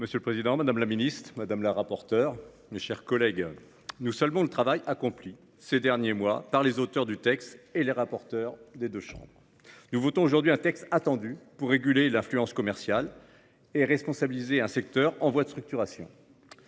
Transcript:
Monsieur le président, madame la ministre, mes chers collègues, nous saluons le travail accompli ces derniers mois par les auteurs du texte et les rapporteurs des deux chambres. Nous votons aujourd'hui un texte attendu, qui vise à réguler l'influence commerciale et à responsabiliser un secteur en voie de structuration.